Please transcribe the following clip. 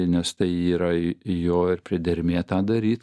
nes tai yra jo ir priedermė tą daryt